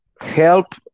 help